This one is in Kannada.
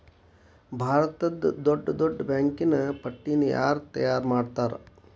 ಭಾರತದ್ದ್ ದೊಡ್ಡ್ ದೊಡ್ಡ್ ಬ್ಯಾಂಕಿನ್ ಪಟ್ಟಿನ ಯಾರ್ ತಯಾರ್ಮಾಡ್ತಾರ?